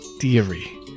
theory